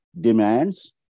demands